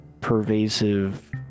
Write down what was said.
pervasive